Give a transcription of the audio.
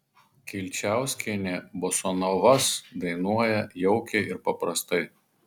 kilčiauskienė bosanovas dainuoja jaukiai ir paprastai